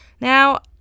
Now